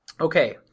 Okay